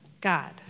God